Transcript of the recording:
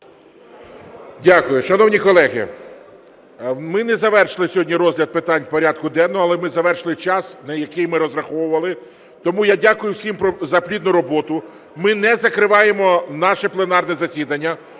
Дякую. Шановні колеги, ми не завершили сьогодні розгляд питань порядку денного, але ми завершили час, на який ми розраховували, тому я дякую всім за плідну роботу. Ми не закриваємо наше пленарне засідання,